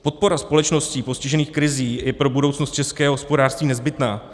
Podpora společností postižených krizí je pro budoucnost českého hospodářství nezbytná.